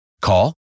Call